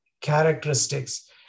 characteristics